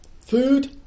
food